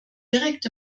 direkt